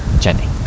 Jenny